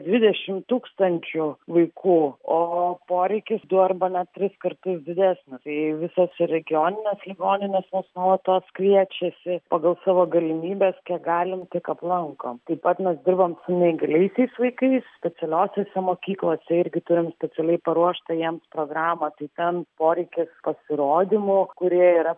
dvidešim tūkstančių vaikų o poreikis du arba net tris kartus didesnis tai visos ir regioninės ligoninės mus nuolatos kviečiasi pagal savo galimybes kiek galim tiek aplankom taip pat mes dirbam su neįgaliaisiais vaikais specialiosiose mokyklose irgi turim specialiai paruoštą jiem programą tai ten poreikis pasirodymų kurie yra